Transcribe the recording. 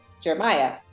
Jeremiah